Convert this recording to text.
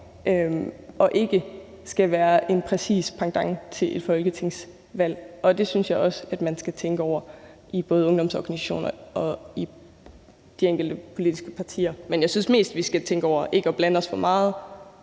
at det skal være en præcis pendant til et folketingsvalg, og det synes jeg også at man skal tænke over i både ungdomsorganisationer og i de enkelte politiske partier. Men jeg synes mest, vi skal tænke over ikke at blande os for meget